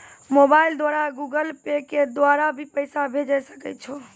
Mobile द्वारा Google Pay के द्वारा भी पैसा भेजै सकै छौ?